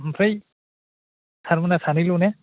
ओमफ्राय सारमोनहा सानैल' ने